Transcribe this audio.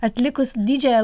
atlikus didžiąją